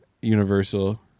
universal